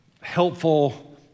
helpful